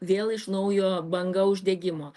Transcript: vėl iš naujo banga uždegimo